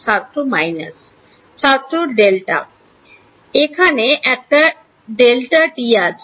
ছাত্র Minus ছাত্র delta এখানে একটা Δt আছে